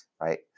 right